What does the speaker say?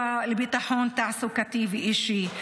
ביטחון תעסוקתי ואישי.